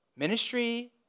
Ministry